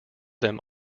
them